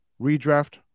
redraft